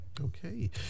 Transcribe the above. Okay